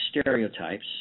stereotypes